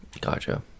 Gotcha